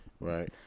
right